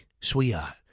sweetheart